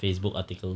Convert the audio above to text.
facebook article